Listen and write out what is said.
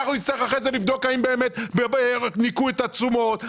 אנחנו נצטרך אחר כך לבדוק האם באמת ניכו את התשומות,